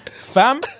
Fam